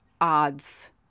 odds